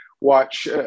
watch